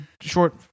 short